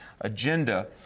agenda